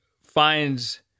finds